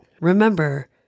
Remember